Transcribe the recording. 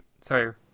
Sorry